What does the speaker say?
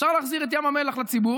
אפשר להחזיר את ים המלח לציבור.